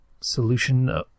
solution